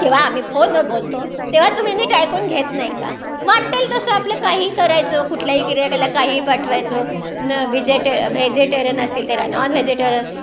जेव्हा आम्ही फोनवर बोलतो तेव्हा तुम्ही नीट ऐकून घेत नाही का वाटेल तसं आपलं काही करायचं कुठल्याही गिऱ्हाईकाला काहीही पाठवायचं न वेजेटे वेजेटेरियन असतील त्याला नॉन व्हेजेटेर